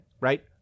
right